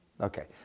Okay